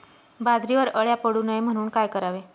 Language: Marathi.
बाजरीवर अळ्या पडू नये म्हणून काय करावे?